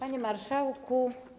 Panie Marszałku!